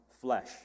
flesh